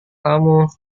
kamu